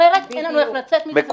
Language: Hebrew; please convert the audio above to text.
כי אחרת אין לנו איך לצאת מהסיפור הזה.